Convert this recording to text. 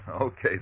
Okay